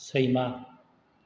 सैमा